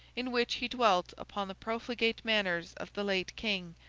in which he dwelt upon the profligate manners of the late king,